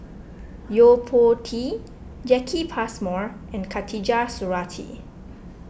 Yo Po Tee Jacki Passmore and Khatijah Surattee